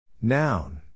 Noun